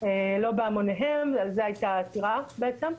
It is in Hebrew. לא בהמוניהם, על זה הייתה העתירה בעצם.